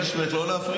אני מבקש ממך לא להפריע.